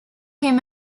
him